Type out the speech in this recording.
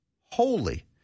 holy